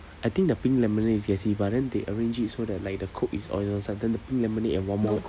I think the pink lemonade is gassy but then they arrange it so that like the coke is all at one side then the pink lemonade and one more